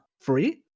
free